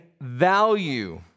value